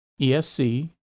ESC